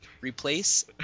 Replace